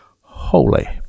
holy